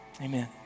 Amen